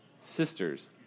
sisters